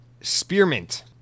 spearmint